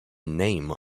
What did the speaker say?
name